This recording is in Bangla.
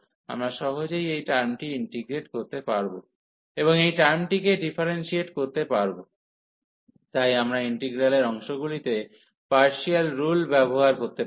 আমরা সহজেই এই টার্মটি ইন্টিগ্রেট করতে পারব এবং এই টার্মটিকে ডিফারেন্সিয়েট করতে পারব তাই আমরা ইন্টিগ্রালের অংশগুলিতে পার্সিয়াল রুল ব্যবহার করতে পারি